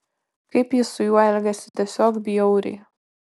kaip ji su juo elgiasi tiesiog bjauriai